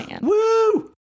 Woo